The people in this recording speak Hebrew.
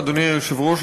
אדוני היושב-ראש,